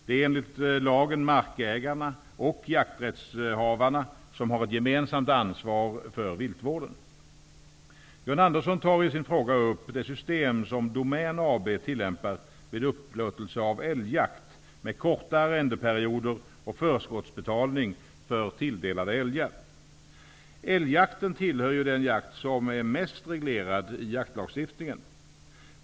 Det är enligt lagen markägarna och jakträttshavarna som har ett gemensamt ansvar för viltvården. John Andersson tar i sin fråga upp det system som Älgjakten tillhör ju den jakt som är mest reglerad i jaktlagstiftningen.